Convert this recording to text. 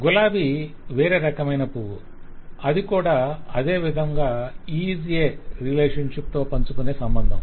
గులాబీ వేరే రకమైన పువ్వు అది కూడా అదే విధంగా IS A రిలేషన్షిప్ తో పంచుకునే సంబంధం